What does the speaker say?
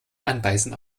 anbeißen